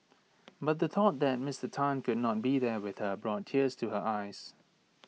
but the thought that Mister Tan could not be there with her brought tears to her eyes